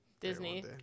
Disney